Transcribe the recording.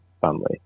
family